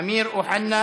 מיש הון,